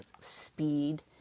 speed